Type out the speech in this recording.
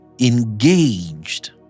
engaged